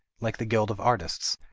like the guild of artists,